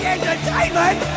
Entertainment